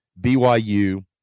BYU